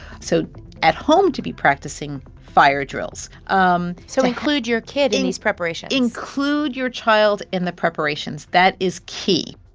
so at home, to be practicing fire drills um so include your kid in these preparations include your child in the preparations. that is key